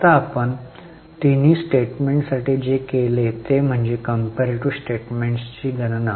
आता आपण तिन्ही स्टेटमेंट्स साठी जे केले ते म्हणजे कंपेरीटीव्ह स्टेटमेंटची गणना